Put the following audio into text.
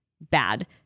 bad